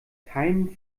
keinem